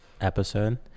episode